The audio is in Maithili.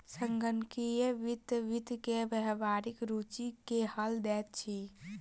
संगणकीय वित्त वित्त के व्यावहारिक रूचि के हल दैत अछि